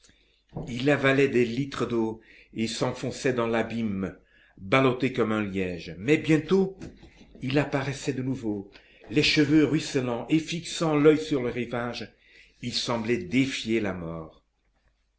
il avalait des litres d'eau et s'enfonçait dans l'abîme ballotté comme un liège mais bientôt il apparaissait de nouveau les cheveux ruisselants et fixant l'oeil sur le rivage il semblait défier la mort